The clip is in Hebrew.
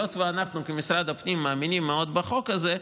היות שאנחנו כמשרד הפנים מאמינים מאוד בחוק הזה,